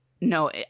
No